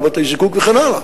כמו בתי-זיקוק וכן הלאה.